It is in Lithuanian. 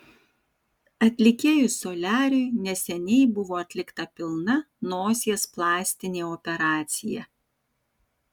atlikėjui soliariui neseniai buvo atlikta pilna nosies plastinė operacija